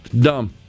Dumb